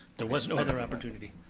there was no other opportunity.